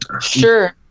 sure